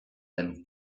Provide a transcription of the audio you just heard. den